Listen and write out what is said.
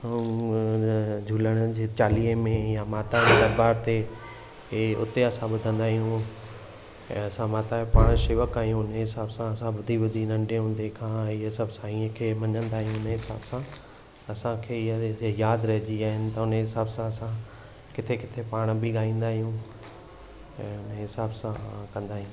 ऐं इन झूलण जे चालीहे में या या माता जे दरबार ते हे उते असां ॿुधंदा आहियूं ऐं असां माता जे पाण शेवक आहियूं उनजे हिसाब सां असां वधी वधी नंढे हूंदे खां ईअ सभु साईअ खे मञदा आहियूं उनजे हिसाब सां असांखे हीअ यादि रहजी आहिनि त उनजे हिसाब सां असां किथे किथे पाण बि गाईंदा आहियूं ऐं हुनजे हिसाब सां कंदा आहियूं